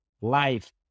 life